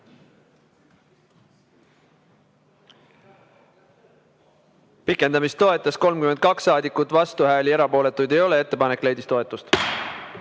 Pikendamist toetas 32 saadikut, vastuhääli ja erapooletuid ei ole. Ettepanek leidis toetust.